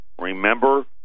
Remember